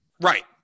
Right